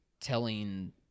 telling